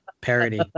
parody